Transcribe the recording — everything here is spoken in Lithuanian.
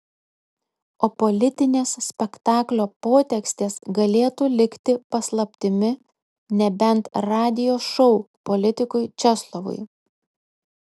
o politinės spektaklio potekstės galėtų likti paslaptimi nebent radijo šou politikui česlovui